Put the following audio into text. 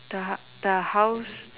the hug the house